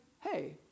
hey